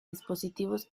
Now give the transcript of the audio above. dispositivos